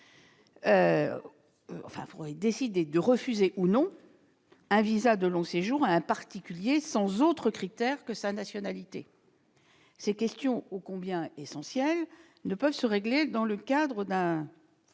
pourrait décider de refuser ou non un visa de long séjour à un particulier sans autre critère que sa nationalité. Ces problèmes ô combien essentiels ne sauraient se régler dans le cadre d'un